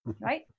right